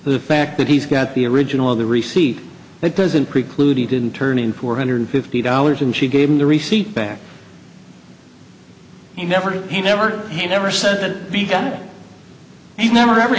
the fact that he's got the original of the receipt that doesn't preclude he didn't turn into or hundred fifty dollars and she gave him the receipt back he never he never he never said that began he never ever